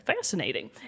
Fascinating